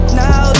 now